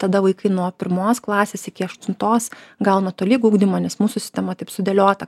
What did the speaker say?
tada vaikai nuo pirmos klasės iki aštuntos gauna tolygų ugdymą nes mūsų sistema taip sudėliota